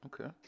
Okay